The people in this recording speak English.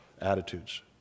attitudes